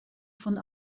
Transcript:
von